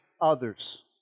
others